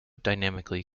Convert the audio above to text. dynamically